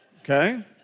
Okay